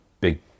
big